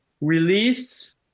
release